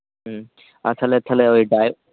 ᱦᱮᱸ ᱟᱨ ᱛᱟᱦᱞᱮ ᱛᱟᱦᱞᱮ ᱳᱭ ᱰᱟᱭᱵᱟᱨ